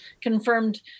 confirmed